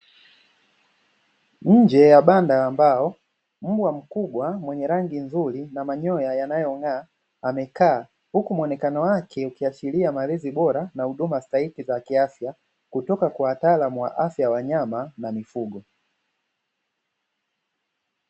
Nje ya banda la mbao, mbwa mkubwa, mwenye rangi nzuri na manyoya yanayong'aa, amekaa, huku muonekano wake ukiachilia malezi bora na huduma stahiki za kiafya kutoka kwa wataalamu wa afya, wanyama na mifugo.